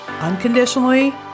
Unconditionally